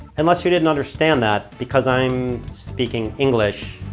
unless you didn't understand that. because i'm speaking english,